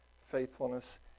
faithfulness